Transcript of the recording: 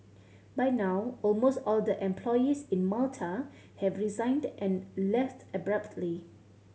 by now almost all the employees in Malta have resigned and left abruptly